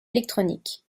électronique